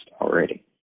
already